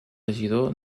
regidor